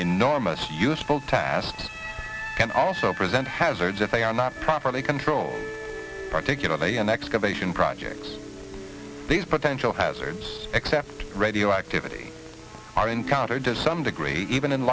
enormous useful tasks can also present hazards if they are not properly controlled particularly an excavation project these potential hazards except radioactivity are encountered to some degree even in